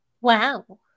Wow